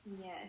Yes